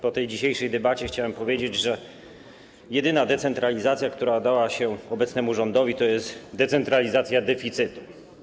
Po tej dzisiejszej debacie chciałem powiedzieć, że jedyna decentralizacja, która udała się obecnemu rządowi, to jest decentralizacja deficytu.